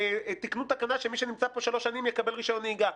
תקנו תקנה שמי שנמצא פה שלוש שנים יקבל רישיון נהיגה.